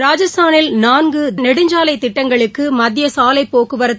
ராஜஸ்தானில் நான்கு நெடுஞ்சாலைத் திட்டங்களுக்கு மத்திய சாலைப் போக்குவரத்து